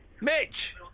Mitch